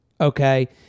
Okay